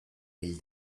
hil